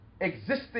existing